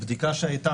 בבדיקה שהייתה,